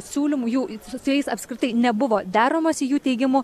siūlymų jų su jais apskritai nebuvo deramasi jų teigimu